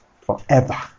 forever